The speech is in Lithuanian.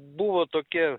buvo tokie